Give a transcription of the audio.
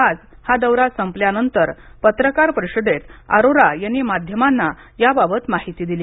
आज हा दौरा संपल्यावर पत्रकार परिषदेत अरोरा यांनी माध्यमांना याबाबत माहिती दिली